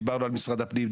דיברנו על משרד הפנים,